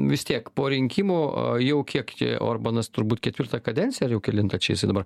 vis tiek po rinkimų jau kiek čia orbanas turbūt ketvirtą kadenciją ar jau kelintą čia jisai dabar